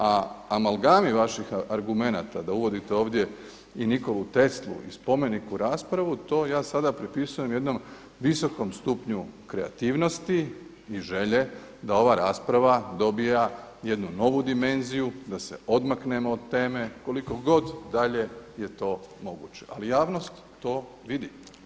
A amalgami vaših argumenata da uvodite ovdje i Nikolu Teslu i spomenik u raspravu, to ja sada pripisujem jednom visokom stupnju kreativnosti i želje da ova rasprava dobija jednu novu dimenziju da se odmaknemo od teme koliko god dalje je to moguće, ali javnost to vidi.